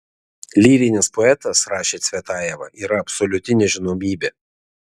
lyrinis poetas rašė cvetajeva yra absoliuti nežinomybė